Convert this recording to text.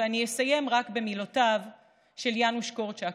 ואני אסיים רק במילותיו של יאנוש קורצ'אק,